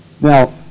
Now